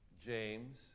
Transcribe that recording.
James